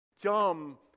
dumb